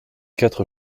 quatre